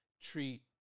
treat